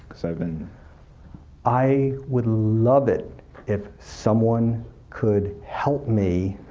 so but and i would love it if someone could help me